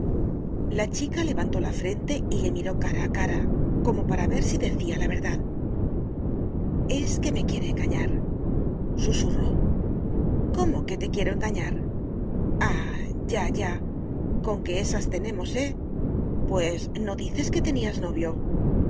la chica levantó la frente y le miró cara a cara como para ver si decía la verdad es que me quiere engañar susurró cómo que te quiero engañar ah ya ya conque esas tenemos eh pues no dices que tenías novio yo